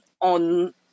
on